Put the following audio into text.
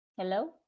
Hello